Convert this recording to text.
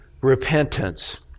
repentance